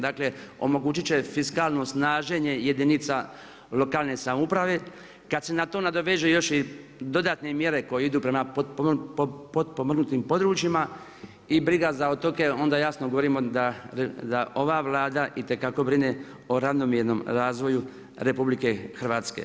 Dakle, omogućiti će fiskalno snaženje jedinica lokalne samouprave kad se na to nadovežu još i dodatne mjere koje idu prema potpomoganim područjima i briga za otoke, onda jasno govorimo da ova Vlada itekako brine o ravnomjernom razvoju RH.